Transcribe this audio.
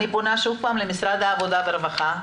אני פונה שוב למשרד העבודה והרווחה,